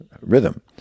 rhythm